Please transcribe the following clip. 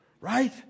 right